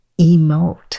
emote